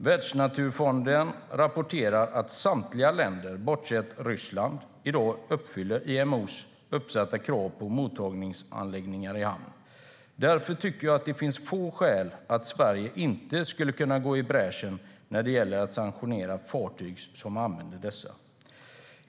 Världsnaturfonden rapporterar att samtliga länder, bortsett från Ryssland, i dag uppfyller IMO:s uppsatta krav på mottagningsanläggningar i hamn. Därför tycker jag att det finns få skäl för att Sverige inte skulle kunna gå i bräschen när det gäller att sanktionera fartyg som inte använder dessa.